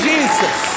Jesus